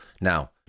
Now